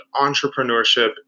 entrepreneurship